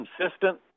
consistent